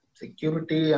security